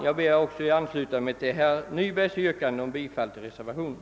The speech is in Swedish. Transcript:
Jag ber att få ansluta mig till herr Nybergs yrkande om bifall till reservationen.